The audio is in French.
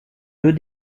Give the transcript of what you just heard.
deux